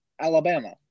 Alabama